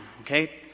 okay